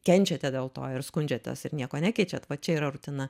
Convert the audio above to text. kenčiate dėl to ir skundžiatės ir nieko nekeičiat va čia yra rutina